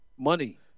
Money